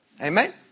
Amen